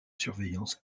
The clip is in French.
surveillance